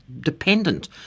dependent